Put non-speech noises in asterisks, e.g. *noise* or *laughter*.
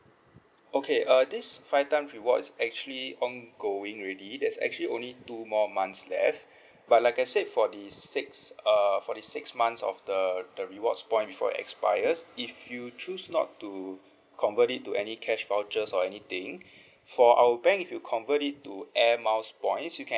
okay uh this five times rewards actually ongoing already there's actually only two more months left but like I said for the six err for the six months of the the rewards point before it expires if you choose not to convert it to any cash vouchers or anything *breath* for our bank if you convert it to air miles points you can